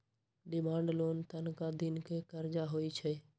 demand loan तनका दिन के करजा होइ छइ